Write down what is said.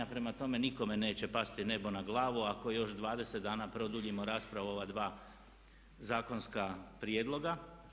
Prema tome, nikome neće pasti nebo na glavu ako još 20 dana produljimo raspravu o ova dva zakonska prijedloga.